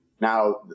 Now